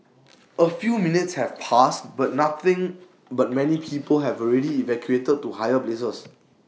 A few minutes have passed but nothing but many people have already evacuated to higher places